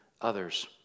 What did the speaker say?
others